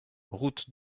route